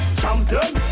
champion